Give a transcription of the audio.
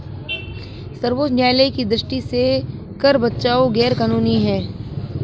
सर्वोच्च न्यायालय की दृष्टि में कर बचाव गैर कानूनी है